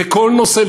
בכל נושא,